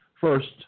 First